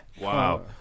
Wow